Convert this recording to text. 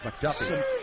McDuffie